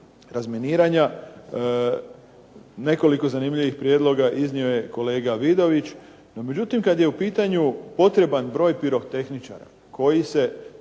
razminiranja. Nekoliko zanimljivih prijedloga iznio je kolega Vidović. No međutim, kada je u pitanju potreban broj pirotehničara čiji se